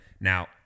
Now